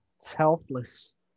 selfless